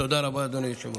תודה רבה, אדוני היושב-ראש.